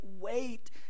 wait